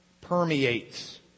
permeates